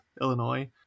Illinois